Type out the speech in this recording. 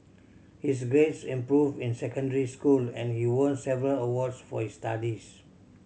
his grades improved in secondary school and he won several awards for his studies